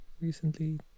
recently